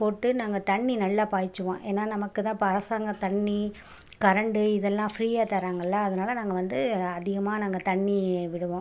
போட்டு நாங்கள் தண்ணி நல்லா பாய்ச்சுவோம் ஏன்னால் நமக்கு தான் இப்போ அரசாங்க தண்ணி கரண்டு இதெல்லாம் ஃபிரீயாக தராங்களில் அதனால் நாங்கள் வந்து அதிகமாக நாங்கள் தண்ணி விடுவோம்